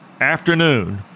afternoon